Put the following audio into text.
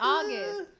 August